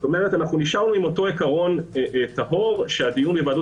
כלומר נשארנו עם אותו עיקרון טהור שהדיון בהיוועדות